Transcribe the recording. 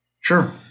Sure